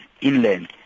inland